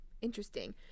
interesting